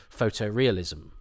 photorealism